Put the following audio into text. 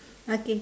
okay